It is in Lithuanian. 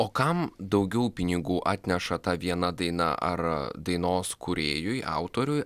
o kam daugiau pinigų atneša tą viena daina ar dainos kūrėjui autoriui